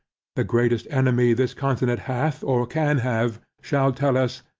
the greatest enemy this continent hath, or can have, shall tell us,